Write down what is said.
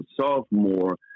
sophomore